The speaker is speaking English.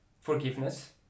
forgiveness